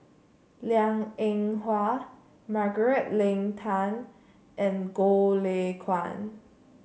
Liang Eng Hwa Margaret Leng Tan and Goh Lay Kuan